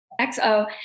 XO